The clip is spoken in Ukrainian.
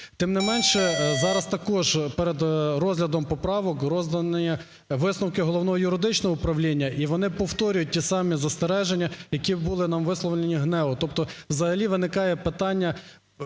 Тим не менше, зараз також перед розглядом поправок роздані висновки Головного юридичного управління. І вони повторюють ті самі застереження, які були нам висловлені ГНЕУ. Тобто взагалі виникає питання